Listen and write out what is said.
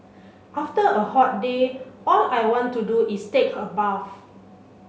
after a hot day all I want to do is take a bath